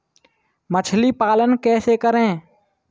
मछली पालन कैसे करें?